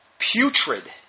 putrid